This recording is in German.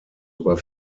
über